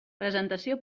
presentació